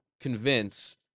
convince